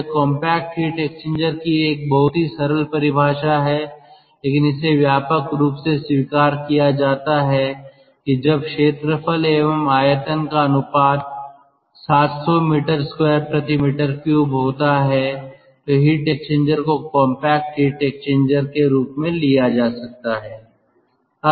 यह compact heat exchanger की एक बहुत ही सरल परिभाषा है लेकिन इसे व्यापक रूप से स्वीकार किया जाता है कि जब क्षेत्रफल एवं आयतन का अनुपात 700 m2m3 होता है तो हीट एक्सचेंजर को कॉम्पैक्ट हीट एक्सचेंजर के रूप में लिया जा सकता है